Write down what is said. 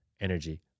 energy